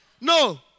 No